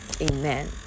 Amen